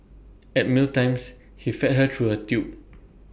at meal times he fed her through A tube